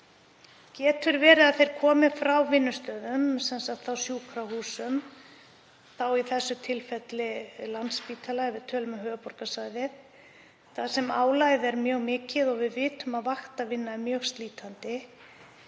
Getur verið að þeir komi frá vinnustöðum, sem sagt á sjúkrahúsum, í þessu tilfelli Landspítala, ef við tölum um höfuðborgarsvæðið, þar sem álagið er mjög mikið og við vitum að vaktavinna er mjög slítandi?